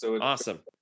Awesome